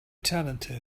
talented